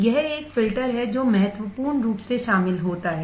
यह एक फिल्टर है जो महत्वपूर्ण रूप से शामिल होता है